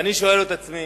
ואני שואל את עצמי: